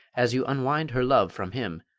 as you unwind her love from him,